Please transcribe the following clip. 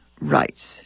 rights